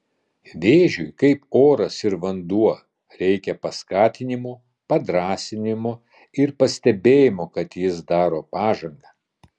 vėžiui kaip oras ir vanduo reikia paskatinimo padrąsinimo ir pastebėjimo kad jis daro pažangą